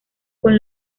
con